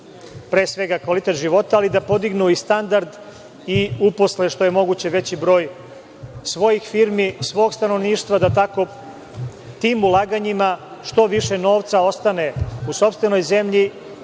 pre svega kvalitet života, ali da podignu i standard i uposle što je moguće veći broj svojih firmi, svog stanovništva, da tim ulaganjima što više novca ostane u sopstvenoj zemlji,